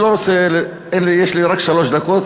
יש לי רק שלוש דקות,